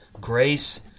grace